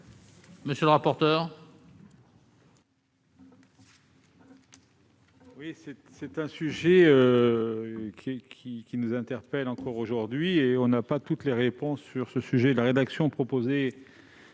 monsieur le rapporteur,